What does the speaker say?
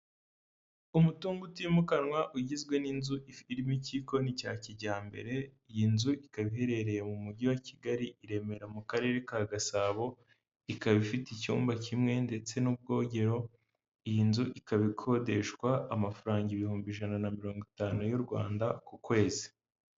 Umutungo utimukanwa ugizwe n'inzu irimo ikikoni cya kijyambere, iyi nzu ikaba iherereye mu mujyi wa Kigali i Remera mu karere ka Gasabo ikaba ifite icyumba kimwe ndetse n'ubwogero, iyi nzu ikaba ikodeshwa amafaranga ibihumbi ijana na mirongo itanu y'u Rwanda ku kwezi.